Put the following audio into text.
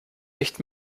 nicht